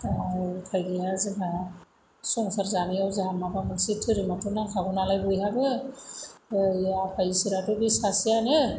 उफाय गैया जोंहा संसार जानायाव जोंहा माबा मोनसे धोरोमाथ' नांखागौ नालाय बयहाबो आफा इसोराथ' बे सासेयानो